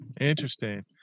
Interesting